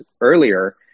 earlier